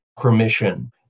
permission